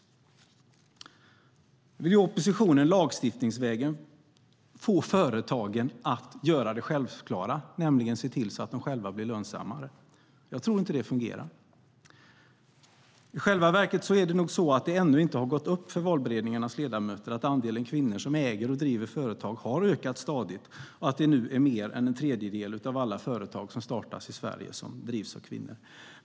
Nu vill oppositionen lagstiftningsvägen få företagen att göra det självklara, nämligen se till att de blir lönsammare. Jag tror inte att det fungerar. I själva verket är det nog så att det ännu inte gått upp för valberedningarnas ledamöter att andelen kvinnor som äger och driver företag stadigt ökat och att mer än en tredjedel av alla företag som startas i Sverige nu drivs av kvinnor.